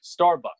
Starbucks